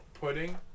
pudding